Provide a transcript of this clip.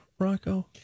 Rocco